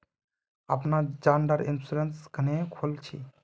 अपना जान डार इंश्योरेंस क्नेहे खोल छी?